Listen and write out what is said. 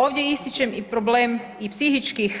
Ovdje ističem i problem i psihičkih